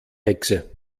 hexe